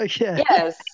Yes